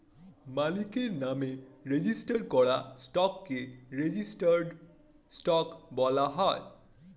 মালিকের নামে রেজিস্টার করা স্টককে রেজিস্টার্ড স্টক বলা হয়